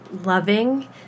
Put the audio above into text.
loving